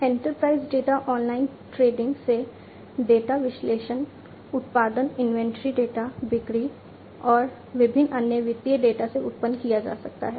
enterprise data online trading से data विश्लेषण उत्पादन इन्वेंट्री डेटा बिक्री और विभिन्न अन्य वित्तीय डेटा से उत्पन्न किया जा सकता है